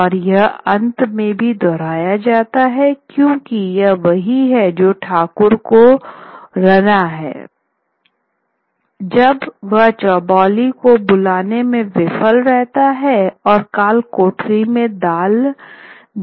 और यह अंत में भी दोहराया जाता है क्योंकि यह वही है जो ठाकुर को रना है जब वह चौबोली को बुलवाने में विफल रहता है और कालकोठरी में दाल दिया जाता है